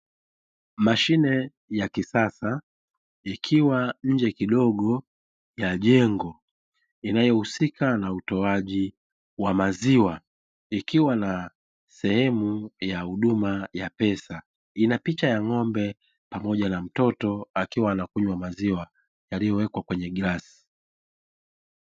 Mashine ya kisasa ikiwa nje kidogo ya jengo inayohusika na utoaji wa maziwa, ikiwa na sehemu ya huduma ya pesa inapicha ya ng'ombe pamoja na mtoto akiwa anakunywa maziwa yaliyowekwa kwenye bilauli.